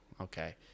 Okay